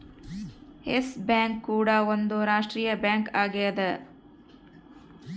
S Bank ಕೂಡ ಒಂದ್ ರಾಷ್ಟ್ರೀಯ ಬ್ಯಾಂಕ್ ಆಗ್ಯದ